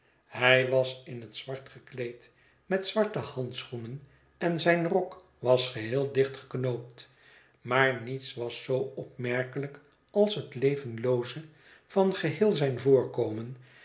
hij was in het zwart gekleed met zwarte handschoenen en zijn rok was geheel dicht geknoopt maar niets was zoo opmerkelijk als het levenlooze van geheel zijn voorkomen